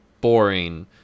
boring